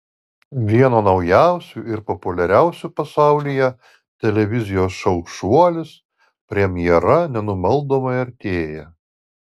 vieno naujausių ir populiariausių pasaulyje televizijos šou šuolis premjera nenumaldomai artėja